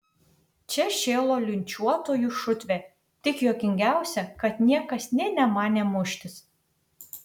čia šėlo linčiuotojų šutvė tik juokingiausia kad niekas nė nemanė muštis